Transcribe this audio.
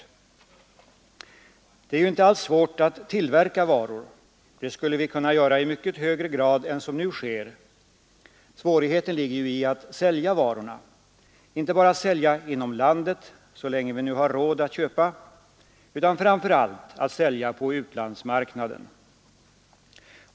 Det är inte alls svårt att tillverka varor — det skulle vi kunna göra i mycket högre grad än som nu sker. Svårigheten ligger i att sälja varorna, inte bara att sälja inom landet — så länge vi har råd att köpa — utan framför allt att sälja på utlandsmarknaden.